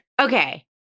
okay